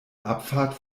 abfahrt